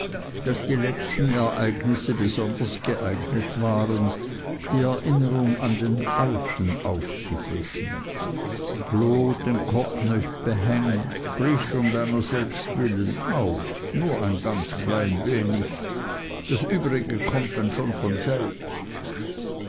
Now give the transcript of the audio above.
daß die letzten ereignisse besonders geeignet waren die erinnerung an den alten aufzufrischen loot den kopp nöch häng frisch um deiner selbst willen auf nur ein ganz klein wenig das übrige kommt denn schon von selbst